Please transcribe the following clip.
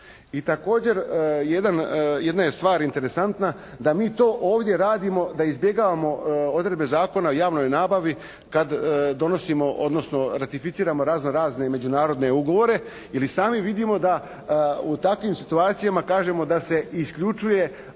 I također jedna je stvar interesantna da mi to ovdje radimo, da izbjegavamo odredbe Zakona o javnoj nabavi kad donosimo odnosno ratificiramo razno-razne međunarodne ugovore ili sami vidimo da u takvim situacijama kažemo da se isključuje